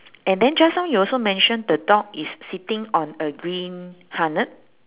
and then just now you also mention the dog is sitting on a green harness